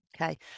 Okay